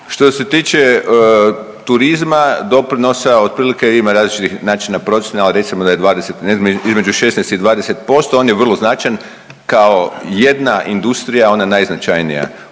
Što se tiče turizma i doprinosa, otprilike ima različitih načina procjena, ali recimo da je 20, između 16 i 20%, on je vrlo značajan, kao jedna industrija ona najznačajnija